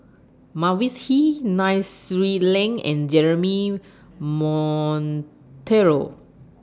Mavis Hee Nai Swee Leng and Jeremy Monteiro